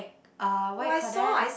uh what you call that